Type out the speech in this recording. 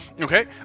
Okay